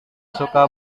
suka